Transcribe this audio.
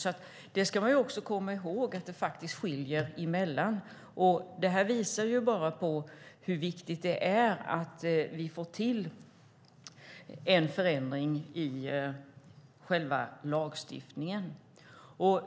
Man ska komma ihåg att det är en skillnad där. Det visar bara på hur viktigt det är att få till stånd en ändring i lagstiftningen.